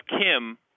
Kim